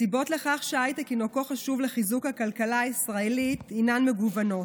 הסיבות לכך שההייטק כה חשוב לחיזוק הכלכלה הישראלית הן מגוונות: